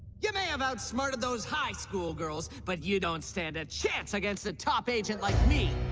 you may have outsmarted those highschool girls, but you don't stand a chance against the top agent like me